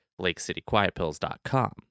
lakecityquietpills.com